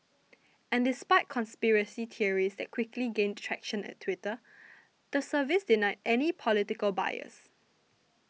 and despite conspiracy theories that quickly gained traction at Twitter the service denied any political bias